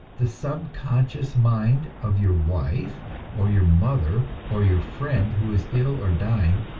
the subconscious mind of your wife or your mother or your friend who is ill or dying,